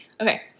okay